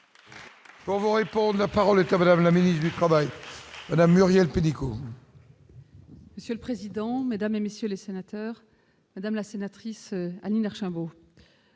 On vous répond : la parole est à madame la ministre du Travail, Madame Muriel Pénicaud. Monsieur le président, Mesdames et messieurs les sénateurs, Madame la sénatrice Allmerch un